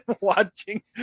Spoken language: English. watching